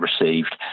received